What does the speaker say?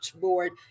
board